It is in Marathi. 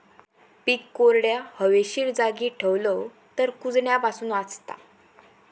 पीक कोरड्या, हवेशीर जागी ठेवलव तर कुजण्यापासून वाचता